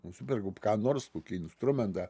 nusiperku ką nors kokį instrumentą